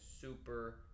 super